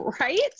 Right